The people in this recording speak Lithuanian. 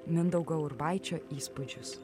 mindaugo urbaičio įspūdžius